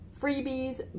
freebies